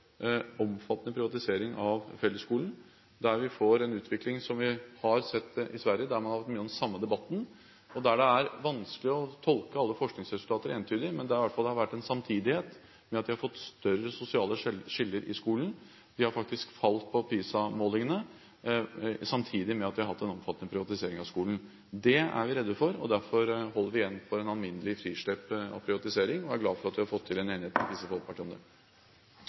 en utvikling som den vi har sett i Sverige, der man har hatt mye av den samme debatten, og det har vært vanskelig å tolke alle forskningsresultater entydig. Men det har i hvert fall vært en samtidighet med at de har fått større sosiale skiller i skolen. De har faktisk falt på PISA-målingene, samtidig med at de har hatt en omfattende privatisering av skolen. Det er vi redd for, og derfor holder vi igjen for et alminnelig frislepp og privatisering, og jeg er glad for at vi har fått til en enighet med Kristelig Folkeparti om det.